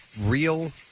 real